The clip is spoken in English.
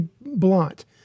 Blunt